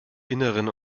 inneren